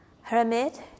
Hermit